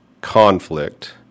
conflict